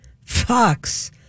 Fox